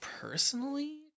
personally